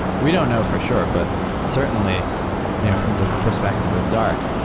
we don't know for sure, but certainly you know from the perspective of dark,